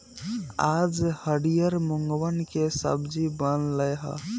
आज हरियर मूँगवन के सब्जी बन लय है